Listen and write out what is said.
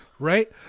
Right